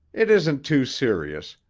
it isn't too serious,